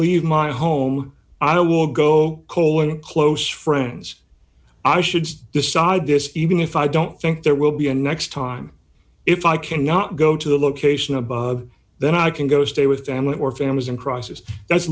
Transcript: leave my home i will go cold and close friends i should decide this even if i don't think there will be a next time if i cannot go to the location above then i can go stay with family or families in crisis that's